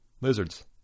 Lizards